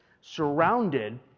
surrounded